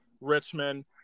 Richmond